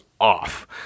off